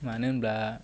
मानो होनब्ला